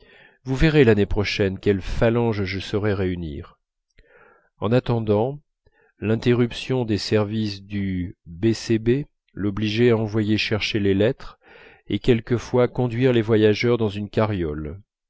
vous verrez l'année prochaine quelle phalange je saurai réunir en attendant l'interruption des services du b c b l'obligeait à envoyer chercher les lettres et quelquefois conduire les voyageurs dans une carriole